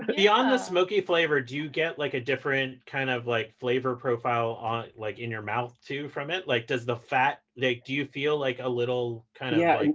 beyond the smoky flavor, do you get like a different kind of like flavor profile ah like in your mouth, too, from it? like, does the fat like do you feel like a little kind of yeah.